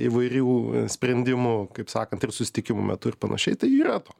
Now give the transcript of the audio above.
įvairių sprendimų kaip sakant ir susitikimų metu ir panašiai tai yra to